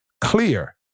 clear